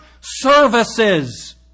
services